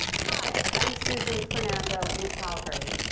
hi, i'm susan fernando in calgary.